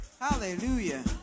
hallelujah